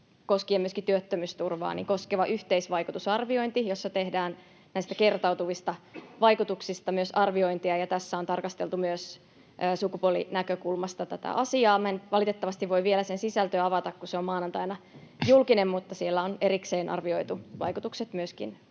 myöskin työttömyysturvaa, koskeva yhteisvaikutusarviointi, jossa tehdään myös näistä kertautuvista vaikutuksista arviointia, ja tässä on tarkasteltu myös sukupuolinäkökulmasta tätä asiaa. En nyt valitettavasti voi vielä sen sisältöä avata, kun se on maanantaina julkinen, mutta siellä on erikseen arvioitu vaikutukset myöskin